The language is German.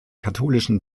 katholischen